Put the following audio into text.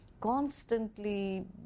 constantly